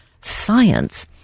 science